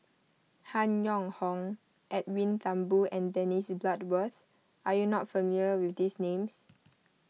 Han Yong Hong Edwin Thumboo and Dennis Bloodworth are you not familiar with these names